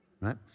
right